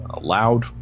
loud